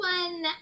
one